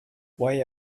why